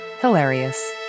hilarious